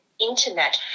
internet